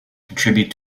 contribute